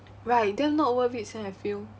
right then not worth it sia I feel